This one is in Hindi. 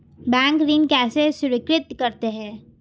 बैंक ऋण कैसे स्वीकृत करते हैं?